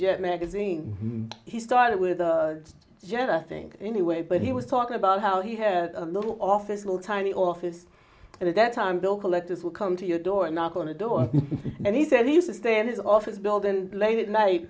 jet magazine he started with the gender thing anyway but he was talking about how he had a little office little tiny office and at that time bill collectors would come to your door and knock on the door and he says he's a stay in his office building late at night